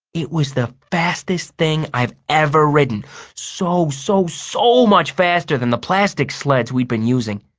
it was the fastest thing i've ever ridden so, so, so much faster than the plastic sleds we'd been using.